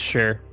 Sure